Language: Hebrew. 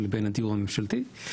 הדיור הממשלתי,